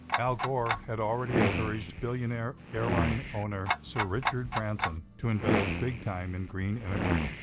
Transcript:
al gore had already encouraged billionaire airline owner, sir richard branson, to invest big-time in green energy.